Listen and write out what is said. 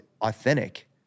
authentic